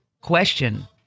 question